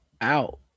out